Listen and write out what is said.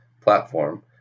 platform